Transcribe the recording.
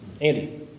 Andy